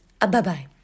Bye-bye